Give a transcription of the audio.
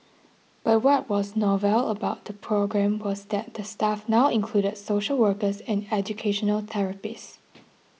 but what was novel about the programme was that the staff now included social workers and educational therapists